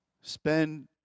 spend